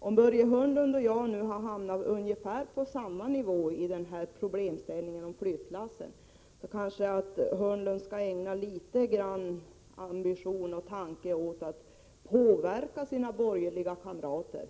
Om Börje Hörnlund och jag nu har ungefär samma uppfattning om flyttlassproblemet, kanske Börje Hörnlund skulle ha litet högre ambitioner att försöka påverka sina borgerliga kamrater.